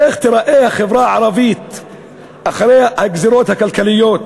איך תיראה החברה הערבית אחרי הגזירות הכלכליות,